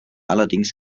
allerdings